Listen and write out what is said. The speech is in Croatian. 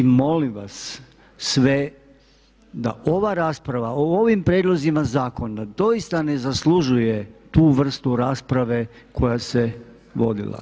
Molim vas sve da ova rasprava o ovim prijedlozima zakona doista ne zaslužuje tu vrstu rasprave koja se vodila.